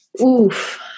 Oof